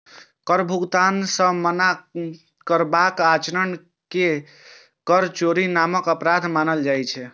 कर भुगतान सं मना करबाक आचरण कें कर चोरी नामक अपराध मानल जाइ छै